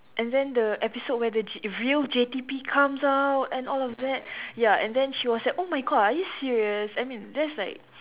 and then the episode where the J real J_T_P comes out and all of that ya and then she was like oh my god are you serious I mean that's like